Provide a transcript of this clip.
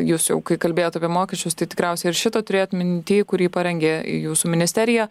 jūs kai kalbėjot apie mokesčius tai tikriausiai ir šitą turėjot minty kurį parengė jūsų ministerija